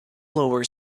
lower